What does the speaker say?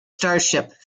starship